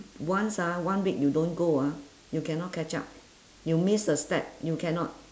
once ah one week you don't go ah you cannot catch up you miss a step you cannot